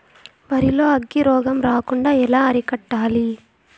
వరి లో అగ్గి రోగం రాకుండా ఎలా అరికట్టాలి?